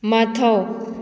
ꯃꯊꯧ